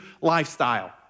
lifestyle